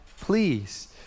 please